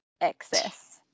excess